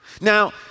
Now